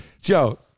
Joe